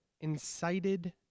incited